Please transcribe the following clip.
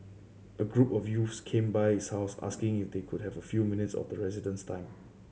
a group of youth came by his house asking if they could have a few minutes of the resident's time